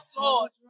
Lord